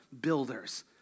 builders